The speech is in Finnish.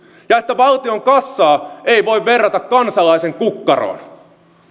ja että valtion kassaa ei voi verrata kansalaisen kukkaroon